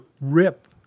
rip